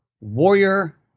warrior